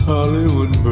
Hollywood